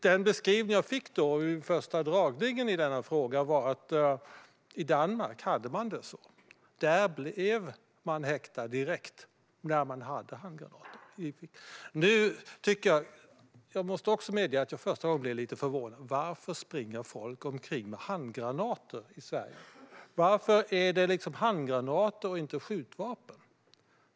Den beskrivning jag fick vid den första dragningen i denna fråga var att det var så i Danmark; där blev man häktad direkt när man hade handgranater med sig. Jag måste också medge att jag första gången blev lite förvånad över att höra att folk sprang omkring med handgranater i Sverige. Varför var det handgranater och inte skjutvapen?